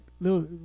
little